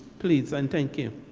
please and thank you.